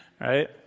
Right